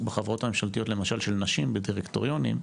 בחברות ממשלתיות של נשים בדירקטוריונים,